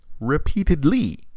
Repeatedly